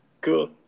Cool